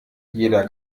jeder